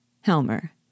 HELMER